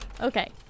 Okay